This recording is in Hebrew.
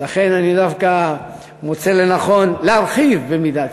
אז לכן אני דווקא מוצא לנכון להרחיב במידת-מה.